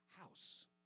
house